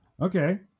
Okay